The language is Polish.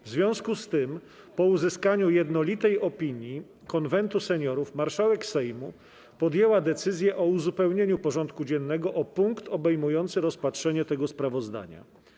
W związku z tym, po uzyskaniu jednolitej opinii Konwentu Seniorów, marszałek Sejmu podjęła decyzję o uzupełnieniu porządku dziennego o punkt obejmujący rozpatrzenie tego sprawozdania.